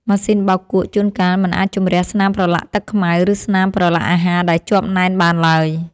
ម៉ាស៊ីនបោកគក់ជួនកាលមិនអាចជម្រះស្នាមប្រឡាក់ទឹកខ្មៅ ឬស្នាមប្រឡាក់អាហារដែលជាប់ណែនបានឡើយ។